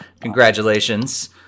congratulations